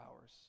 hours